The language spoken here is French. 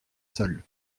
sols